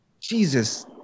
Jesus